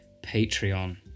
Patreon